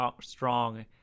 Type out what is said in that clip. strong